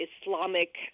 Islamic